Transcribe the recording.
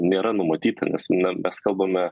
nėra numatyta nes mes kalbame